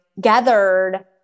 gathered